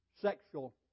sexual